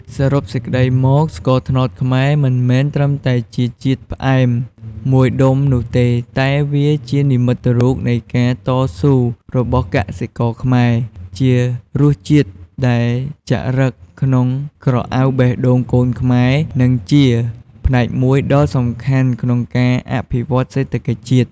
សរុបសេចក្តីមក ស្ករត្នោតខ្មែរមិនមែនត្រឹមតែជាជាតិផ្អែមមួយដុំនោះទេ តែវាជានិមិត្តរូបនៃការតស៊ូរបស់កសិករខ្មែរ ជារសជាតិដែលចារឹកក្នុងក្រអៅបេះដូងកូនខ្មែរ និងជាផ្នែកមួយដ៏សំខាន់ក្នុងការអភិវឌ្ឍន៍សេដ្ឋកិច្ចជាតិ។